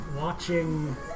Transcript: watching